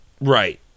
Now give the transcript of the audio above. Right